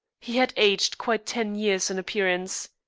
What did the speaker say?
he had aged quite ten years in appearance.